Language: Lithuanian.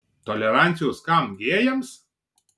tolerancijos kam gėjams